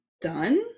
done